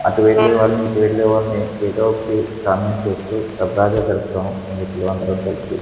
అటు వెళ్ళే వాళ్ళని ఇటు వెళ్ళే వాళ్ళని ఎదో ఒకటి కామెంట్ చేస్తూ సరదాగా గడుపుతాం స్నేహితులు అందరం కలిసి